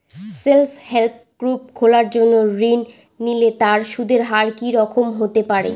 Self help group খোলার জন্য ঋণ নিলে তার সুদের হার কি রকম হতে পারে?